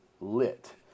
lit